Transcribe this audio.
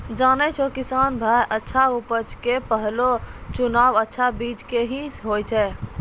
जानै छौ किसान भाय अच्छा उपज के पहलो चुनाव अच्छा बीज के हीं होय छै